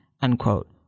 Unquote